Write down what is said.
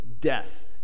death